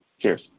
cheers